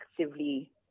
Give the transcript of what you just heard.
actively